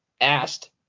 Asked